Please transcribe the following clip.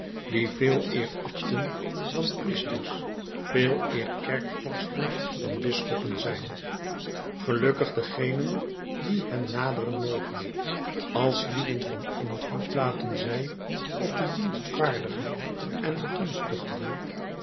die veeleer abten dan priesters veeleer kerkvorsten dan bisschoppen zijn gelukkig degenen die hen naderen mogen als lieden van invloed laten zij op de dienstvaardigen en begunstigden